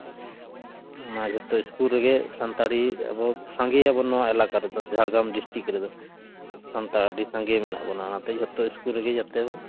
ᱢᱟ ᱡᱷᱚᱛᱚ ᱤᱥᱠᱩᱞ ᱨᱮᱜᱮ ᱥᱟᱱᱛᱟᱲᱤ ᱟᱵᱚ ᱥᱟᱸᱜᱮᱭᱟᱵᱚᱱ ᱟᱵᱚ ᱱᱚᱣᱟ ᱮᱞᱮᱠᱟ ᱨᱮᱫᱚ ᱥᱮ ᱡᱷᱟᱲᱜᱨᱟᱢ ᱰᱤᱥᱴᱤᱠ ᱨᱮᱫᱚ ᱥᱟᱱᱛᱟᱲ ᱟᱹᱰᱤ ᱥᱟᱸᱜᱮ ᱢᱮᱱᱟᱜ ᱵᱚᱱᱟ ᱚᱱᱟᱛᱮ ᱡᱷᱚᱛᱚ ᱤᱥᱠᱩᱞ ᱨᱮᱜᱮ ᱡᱟᱛᱮ